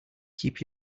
keep